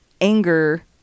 anger